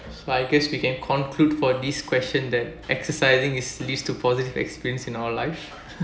so I guess we can conclude for this question that exercising is leads to positive experience in our life